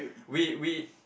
we we